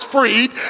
freed